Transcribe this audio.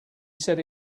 said